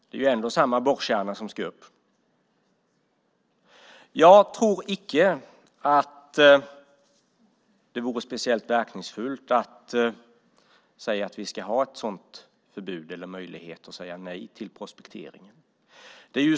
Det är ju ändå samma borrkärna som ska upp. Jag tror inte att det vore speciellt verkningsfullt med en sådan möjlighet att säga nej till prospektering.